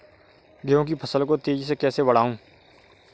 गेहूँ की फसल को तेजी से कैसे बढ़ाऊँ?